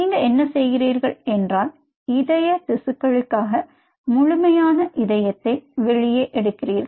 நீங்கள் என்ன செய்கிறீர்கள் என்றால் இதய திசுக்களுக்காக முழுமையான இதயத்தை வெளியே எடுக்கிறீர்கள்